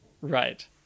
Right